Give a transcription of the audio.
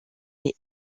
est